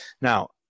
Now